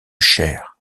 chères